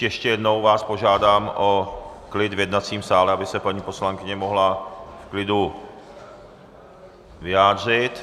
Ještě jednou vás požádám o klid v jednacím sále, aby se paní poslankyně mohla v klidu vyjádřit.